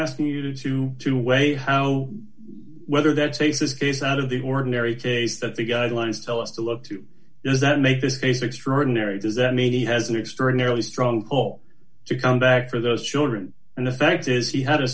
ask you to to weigh how whether that space is based out of the ordinary case that the guidelines tell us to look to does that make this case extraordinary does that mean he has an extraordinarily strong call to come back for those children and the fact is he had a